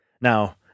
Now